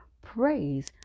praise